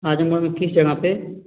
आजमगढ़ में किस जगह पर